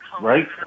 right